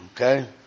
okay